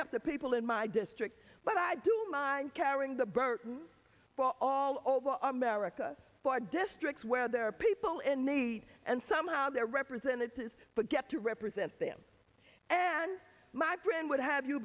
help the people in my district but i do mind carrying the burden for all over america for districts where there are people in need and somehow their representatives but get to represent them and my friend would have you